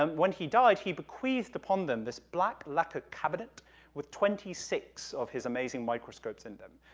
um when he died, he bequeathed upon them this black like ah cabinet with twenty six of his amazing microscopes in them,